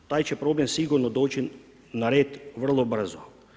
Taj će problem sigurno doći na red vrlo brzo.